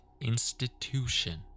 institution